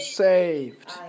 saved